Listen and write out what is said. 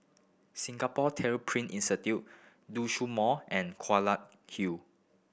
Singapore Tyler Print Institute Mall and Hill